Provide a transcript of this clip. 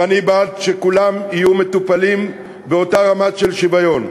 ואני בעד שכולם יהיו מטופלים באותה רמה של שוויון,